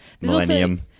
millennium